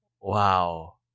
Wow